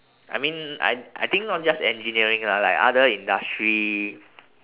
I mean I I think not just engineering lah like other industry